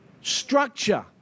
structure